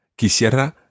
Quisiera